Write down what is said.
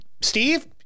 Steve